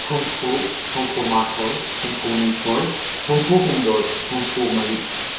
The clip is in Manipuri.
ꯍꯨꯝꯐꯨ ꯍꯨꯝꯐꯨꯃꯥꯊꯣꯏ ꯍꯨꯝꯐꯨꯅꯤꯊꯣꯏ ꯍꯨꯝꯐꯨꯍꯨꯝꯗꯣꯏ ꯍꯨꯝꯐꯨꯃꯔꯤ